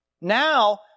Now